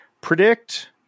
predict